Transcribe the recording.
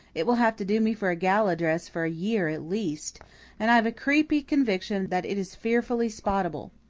it will have to do me for a gala dress for a year at least and i have a creepy conviction that it is fearfully spottable.